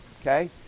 Okay